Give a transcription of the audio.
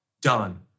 done